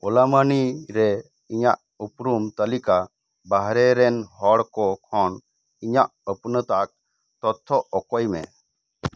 ᱚᱞᱟ ᱢᱟ ᱱᱤ ᱨᱮ ᱤᱧᱟᱹᱜ ᱩᱯᱨᱩᱢ ᱛᱟᱹᱞᱤᱠᱟ ᱵᱟᱦᱨᱮ ᱨᱮᱱ ᱦᱚᱲ ᱠᱚ ᱠᱷᱚᱱ ᱤᱧᱟᱹᱜ ᱟ ᱯᱱᱟ ᱣᱟᱜ ᱛᱚᱛᱛᱷᱚ ᱳᱠᱳᱭ ᱢᱮ